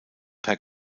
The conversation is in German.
per